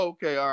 Okay